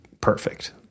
perfect